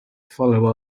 follow